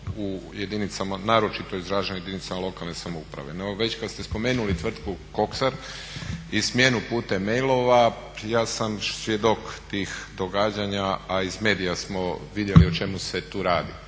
sve ono ostalo naročito izraženo u jedinicama lokalne samouprave. No, već kad ste spomenuli tvrtku …/Govornik se ne razumije./… i smjenu putem mailova ja sam svjedok tih događanja a iz medija smo vidjeli o čemu se tu radi.